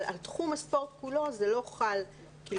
אבל על תחום הספורט כולו זה לא חל כלשונו.